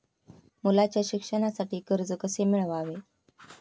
मुलाच्या शिक्षणासाठी कर्ज कसे मिळवावे?